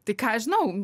tai ką aš žinau